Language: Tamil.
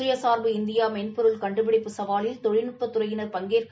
சுயசார்பு இந்தியா மென்பொருள் கண்டுபிடிப்பு சவாலில் தொழில்நுட்பத் துறையினர் பங்கேற்க